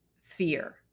fear